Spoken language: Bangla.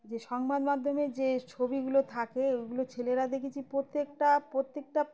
যে সংবাদ মাধ্যমে যে ছবিগুলো থাকে ওইগুলো ছেলেরা দেখেছি প্রত্যেকটা প্রত্যেকটা